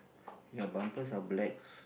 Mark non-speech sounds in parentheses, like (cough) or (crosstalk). ya bumpers are black (noise)